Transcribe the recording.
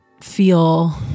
feel